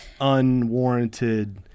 unwarranted